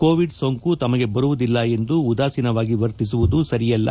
Covid ಸೋಂಕು ತಮಗೆ ಬರುವುದಿಲ್ಲ ಎಂದು ಉದಾಸೀನವಾಗಿ ವರ್ತಿಸುವುದು ಸರಿಯಲ್ಲ